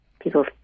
people